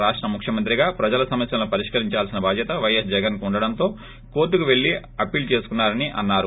రాష్ట ముఖ్యమంత్రిగా ప్రజల సమస్యలను పరిష్కరించాల్సిన బాధ్యత వైఎస్ జగన్కు ఉండడంతో కోర్లుకు వెల్లి అప్పీల్ చేసుకున్నారని అన్నారు